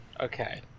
Okay